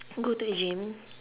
go to the gym